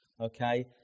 okay